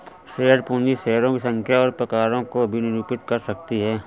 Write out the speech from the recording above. share पूंजी शेयरों की संख्या और प्रकारों को भी निरूपित कर सकती है